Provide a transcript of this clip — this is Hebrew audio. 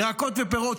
ירקות ופירות,